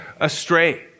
astray